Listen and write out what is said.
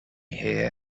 here